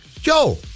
Joe